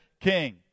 king